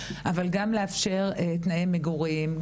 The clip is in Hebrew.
אבל גם לאפשר תנאי מגורים,